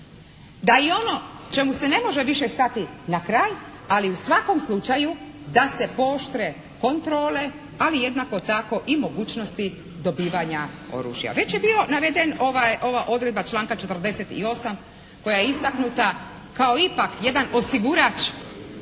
da i ono čemu se ne može više stati na kraj, ali u svakom slučaju da se pooštre kontrole ali jednako tako i mogućnosti dobivanja oružja. Već je bilo naveden, ova odredba članka 48. koja je istaknuta kao ipak jedan osigurač